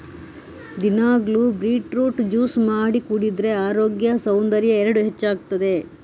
ದಿನಾಗ್ಲೂ beetroot juice ಮಾಡಿ ಕುಡಿದ್ರೆ ಅರೋಗ್ಯ ಸೌಂದರ್ಯ ಎರಡೂ ಹೆಚ್ಚಾಗ್ತದೆ